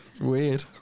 weird